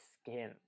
skin